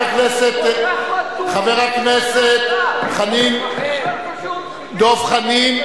(חבר הכנסת מגלי והבה יוצא מאולם המליאה.) חבר הכנסת דב חנין,